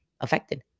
affected